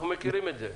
אנחנו מכירים את זה.